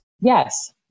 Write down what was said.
Yes